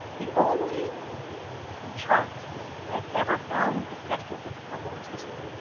the only chart i have ever found effective with the public is this one.